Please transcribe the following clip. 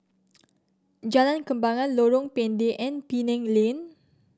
Jalan Kembangan Lorong Pendek and Penang Lane